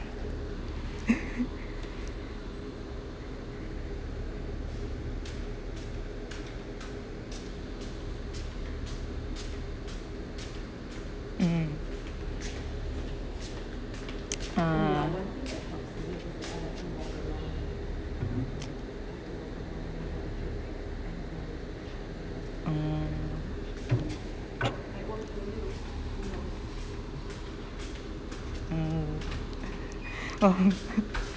mm uh mm mm